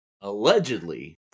Allegedly